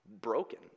broken